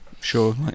Sure